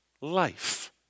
life